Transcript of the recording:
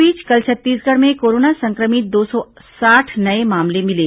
इस बीच कल छत्तीसगढ़ में कोरोना संक्रमित दो सौ साठ नये मामले मिले